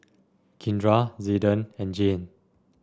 Kindra Zayden and Jayne